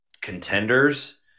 contenders